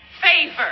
favor